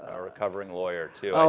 ah recovering lawyer, too.